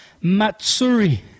Matsuri